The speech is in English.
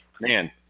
Man